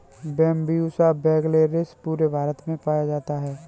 Bambusa vulgaris पूरे भारत में पाया जाता है